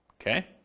Okay